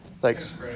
Thanks